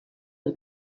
els